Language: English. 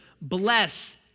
Bless